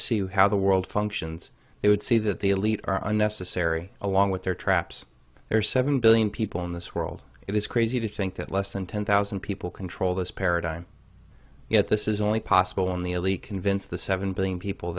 see how the world functions they would see that the elite are unnecessary along with their traps there are seven billion people in this world it is crazy to think that less than ten thousand people control this paradigm yet this is only possible in the elite convince the seven billion people